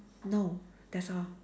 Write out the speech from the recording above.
no that's all